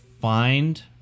find